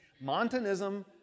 Montanism